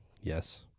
Yes